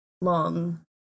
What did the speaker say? long